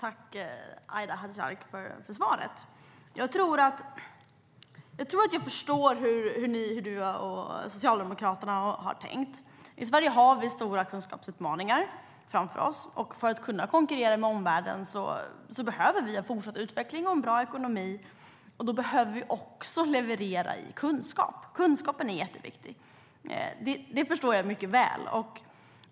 Fru talman! Jag vill tacka Aida Hadzialic för svaret. Jag tror att jag förstår hur du, Aida Hadzialic, och Socialdemokraterna har tänkt. I Sverige har vi stora kunskapsutmaningar framför oss. För att kunna konkurrera med omvärlden behöver vi fortsatt utveckling och en bra ekonomi. Då behöver vi också leverera i kunskap. Kunskapen är jätteviktig. Det förstår jag mycket väl.